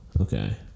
Okay